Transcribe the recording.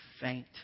faint